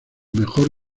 mejor